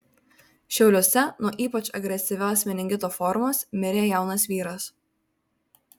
šiauliuose nuo ypač agresyvios meningito formos mirė jaunas vyras